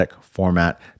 format